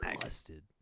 busted